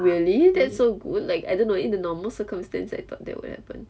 really that's so good like I don't know in the normal circumstance I thought that would happen